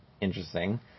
interesting